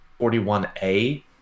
41a